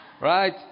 Right